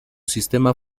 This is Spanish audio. sistema